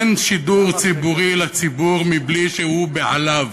אין שידור ציבורי לציבור בלי שהוא בעליו,